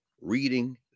reading